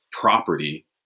property